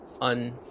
un